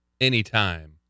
anytime